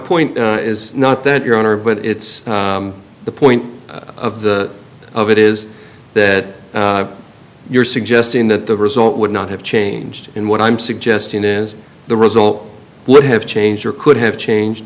point is not that your honor but it's the point of the of it is that you're suggesting that the result would not have changed in what i'm suggesting is the result would have changed or could have changed